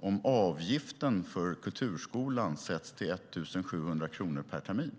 om avgiften för kulturskolan sätts till 1 700 kronor per termin?